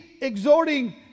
exhorting